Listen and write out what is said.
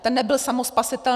Ten nebyl samospasitelný.